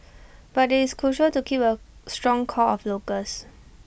but IT is crucial to keep A strong core of locals